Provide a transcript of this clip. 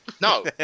No